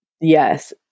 Yes